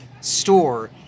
store